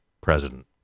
president